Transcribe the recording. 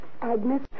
Agnes